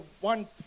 one